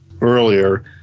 earlier